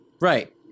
Right